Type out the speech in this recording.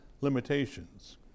limitations